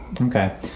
okay